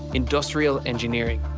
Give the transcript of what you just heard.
industrial engineering.